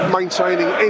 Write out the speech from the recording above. maintaining